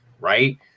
Right